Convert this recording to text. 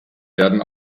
werden